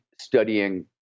studying